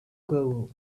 goal